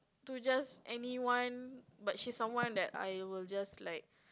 to just anyone but she's someone that I will just like